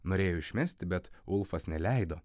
norėjo išmesti bet ulfas neleido